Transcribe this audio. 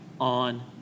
on